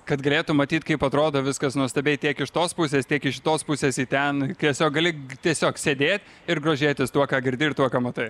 kad galėtum matyt kaip atrodo viskas nuostabiai tiek iš tos pusės tiek iš šitos pusės į ten tiesiog gali tiesiog sėdė ir grožėtis tuo ką girdi ir tuo ką matai